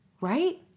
right